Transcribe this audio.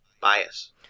bias